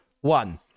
one